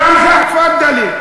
גם שם, תפאדלי.